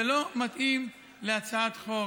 זה לא מתאים להצעת חוק.